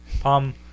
Palm